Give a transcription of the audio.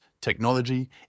technology